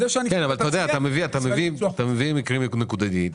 כן, אבל אתה מביא מקרים נקודתיים.